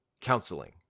counseling